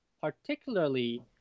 particularly